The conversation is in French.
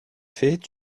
faits